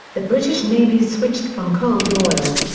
the british navy switched from coal to oil.